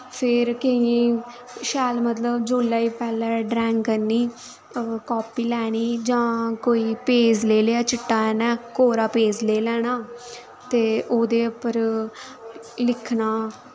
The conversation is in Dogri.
फिर केईयें शैल मतलब जुल्लै बी पैह्लै ड्रैइंग करनी कापी लैनी जां कोई पेज लेई लेआ चिट्टा कोरा पेज लेई लैना ते ओह्दे उप्पर लिखना